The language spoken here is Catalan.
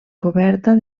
coberta